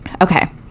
Okay